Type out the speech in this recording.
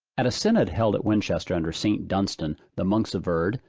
at a synod held at winchester under st. dunstan, the monks averred,